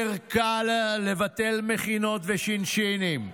יותר קל לבטל מכינות וש"שינים.